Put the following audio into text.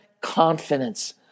confidence